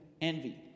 envy